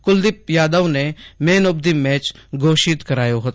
કુલદીપ યાદવને man of the match ઘોષિત કરવામાં આવ્યો હતો